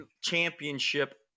championship